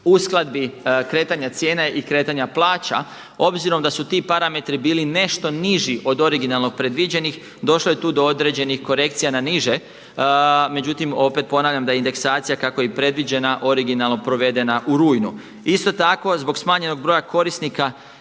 uskladbi kretanja cijena i kretanja plaća obzirom da su ti parametri bili nešto niži od originalno predviđenih došlo je tu do određenih korekcija na niže. Međutim, opet ponavljam da indeksacija kako je i predviđena originalno provedena u rujnu. Isto tako zbog smanjenog broja korisnika